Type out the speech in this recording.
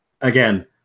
again